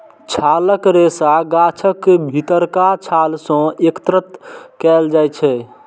छालक रेशा गाछक भीतरका छाल सं एकत्र कैल जाइ छै